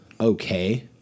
okay